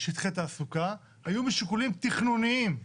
שטחי תעסוקה היו משיקולים תכנוניים,